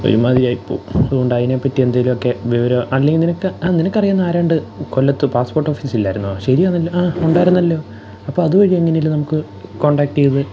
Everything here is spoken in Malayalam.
ഒരുമാതിരിയായിപ്പോവും അതുകൊണ്ട് അതിനെപ്പറ്റി എന്തെങ്കിലുമൊക്കെ വിവരം അല്ലെങ്കിൽ നിനക്ക് ആ നിനക്കറിയാവുന്ന ആരാണ്ട് കൊല്ലത്ത് പാസ്പോട്ട് ഓഫീസില്ലായിരുന്നോ ശരിയാണല്ലോ ആ ഉണ്ടായിരുന്നല്ലോ അപ്പം അതുവഴി എങ്ങനേലും നമുക്ക് കോണ്ടാക്ട് ചെയ്ത്